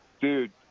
dude